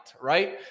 right